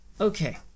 Okay